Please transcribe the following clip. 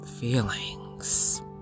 feelings